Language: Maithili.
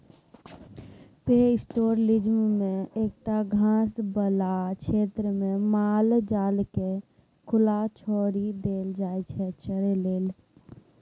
पैस्टोरलिज्म मे एकटा घास बला क्षेत्रमे माल जालकेँ खुला छोरि देल जाइ छै चरय लेल